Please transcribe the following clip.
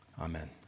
Amen